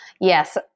Yes